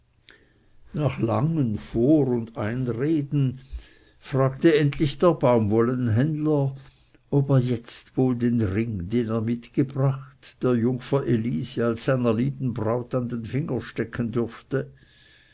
nach langen vor und einreden fragte endlich der baumwollenhändler ob er jetzt wohl den ring den er mitgebracht der jungfer elise als seiner lieben braut an den finger stecken dürfte